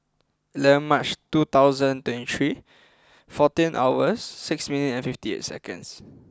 eleven March two thousand twenty three fourteen hours six minute and fifty eight seconds